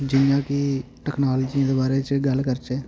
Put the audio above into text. जि'यां कि टेक्नोलाजी दे बारे च गल्ल करचै